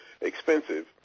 Expensive